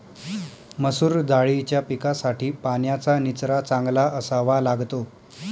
मसूर दाळीच्या पिकासाठी पाण्याचा निचरा चांगला असावा लागतो